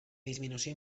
disminució